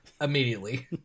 immediately